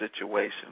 situation